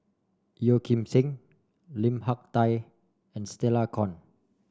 Yeo Kim Seng Lim Hak Tai and Stella Kon